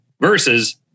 versus